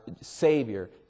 Savior